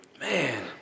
Man